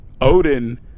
Odin